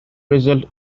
result